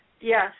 Yes